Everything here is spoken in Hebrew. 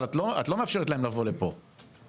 אבל את לא מאפשרת להם לבוא לפה בהמונים.